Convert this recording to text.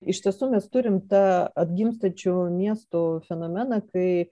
iš tiesų mes turim tą atgimstančių miestų fenomeną kai